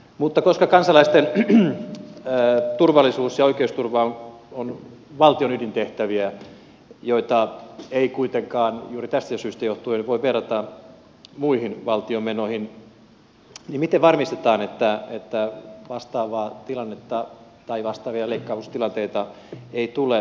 mutta koska kansalaisten turvallisuus ja oikeusturva on valtion ydintehtäviä joita ei kuitenkaan juuri tästä syystä johtuen voi verrata muihin valtion menoihin niin miten varmistetaan että vastaavaa tilannetta tai vastaavia leikkaustilanteita ei tule